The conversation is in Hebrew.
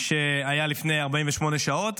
שהיה לפני 48 שעות,